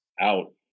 out